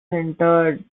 interred